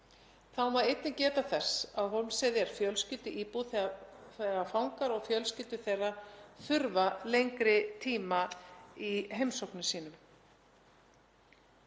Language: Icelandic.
Þá má einnig geta þess að á Hólmsheiði er fjölskylduíbúð þegar fangar og fjölskyldur þeirra þurfa lengri tíma í heimsóknum sínum.